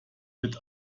wird